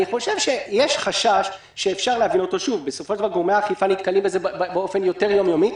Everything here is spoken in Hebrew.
יש חשש שאפשר להבין אותו כי גורמי האכיפה נתקלים בזה באופן יום-יומי.